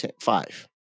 five